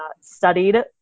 studied